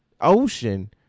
ocean